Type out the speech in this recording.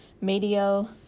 medial